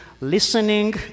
listening